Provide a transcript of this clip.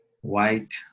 white